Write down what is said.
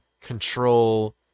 control